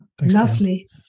Lovely